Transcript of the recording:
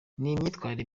n’imyitwarire